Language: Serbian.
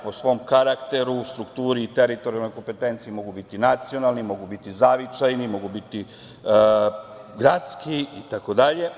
Po svom karakteru, strukturi i teritorijalne kompetencije mogu biti nacionalni, mogu biti zavičajni, mogu biti gradski, itd.